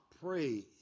praise